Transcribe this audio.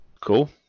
Cool